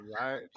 Right